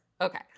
Okay